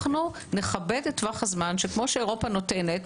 אנחנו נכבד את טווח הזמן שכמו שאירופה נותנת,